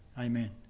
Amen